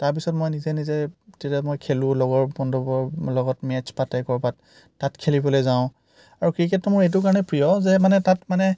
তাৰ পিছত মই নিজে নিজে যেতিয়া মই খেলোঁ লগৰ বন্ধুবোৰৰ লগত মেটচ পাতে ক'ৰবাত তাত খেলিবলৈ যাওঁ আৰু ক্ৰিকেটটো মোৰ এইটো কাৰণে প্ৰিয় যে মানে তাত মানে